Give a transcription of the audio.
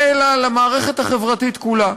אלא למערכת החברתית כולה,